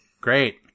Great